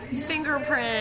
Fingerprint